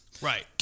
Right